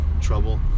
trouble